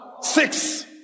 Six